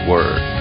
Word